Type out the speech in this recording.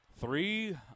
Three